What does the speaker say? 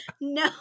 No